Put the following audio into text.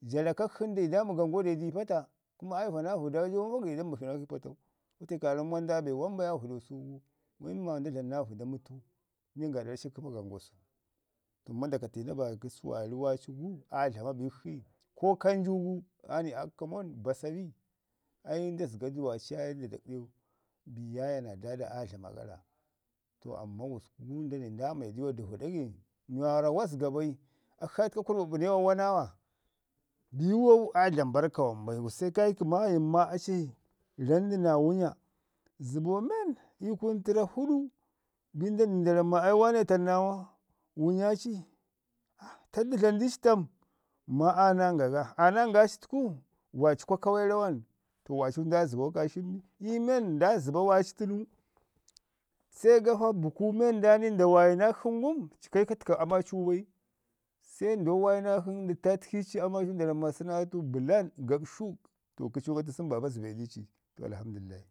Ja raka shi nən dauji dami gan gau da yi pata. Kuma aa wa naa vəda jau da yi da mbashi ii patau. Wate ka ramo maa nda dlama be wan bai ii vəda su gu nda dlan na vəda mətu bin gaaɗa rashi kkəma gangau nda katina ba kə suwaari waari gu aa dlama bikshi, ko kanju gu ani a kkəmən basa bi? Ai nda zəga duwaaci yaye nda dakɗau yaya naa dada aa dlama gara. To amma gusku nda ni nda me diwa dəvu ɗagai waarra wa zəga bai. Akshi aa təka tərrɓaɓəne wa wana wa. Biwu aa dlama barrka wam bai. Gusku se ka iki maayim maa aci dlam du naa wunya, zəbo men ii kunu tərra fuɗu bin nda nai maa waane taɗu naa amau, wunya ci ah taɗu du dlamu dii ci tam? Ma aa nanga ga, aa nanga citəku waaci kwa kawe rawan to waai nda zəbo kaasən bi? Iyu men nda zəba waaci tənu, se gafa buku men nda ni nda waayi nakshi ngum kai ka təka ama cu bai. Se ndo wayi nakshi nən nda tatki ci amacu nda ramu maa səna atu, bəlan, gaɓshu, to kəcin atu sən baba zəde dici. To Alhamdulillah.